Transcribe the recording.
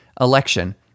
election